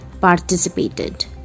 participated